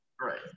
right